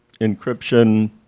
encryption